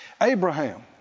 Abraham